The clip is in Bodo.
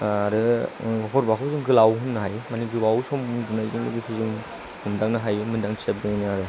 आरो हरबाखौ गोलाव होननो हायो मानि गोबाव सम होननायजों लोगोसे जों मोनदांनो हायो मोनदांथिया बिदिनो आरो